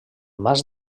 mas